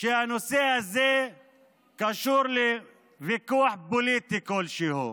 שהנושא הזה קשור לוויכוח פוליטי כלשהו